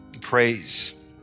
praise